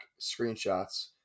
screenshots